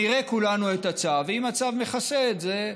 נראה כולנו את הצו, אם הצו מכסה את זה,